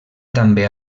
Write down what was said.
també